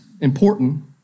Important